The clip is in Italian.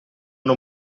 non